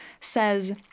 says